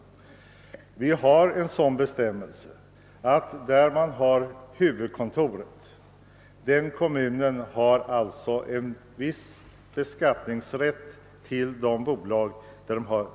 Det finns i kommunalskattelagen en bestämmelse om att den kommun där huvudkontoret ligger har en viss beskattningsrätt gentemot bolaget i fråga.